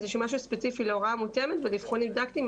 משהו ספציפי בנפרד להוראה מותאמת ולאבחון דידקטי,